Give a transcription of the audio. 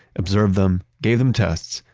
observed them, gave them tests,